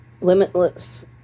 limitless